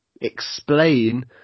explain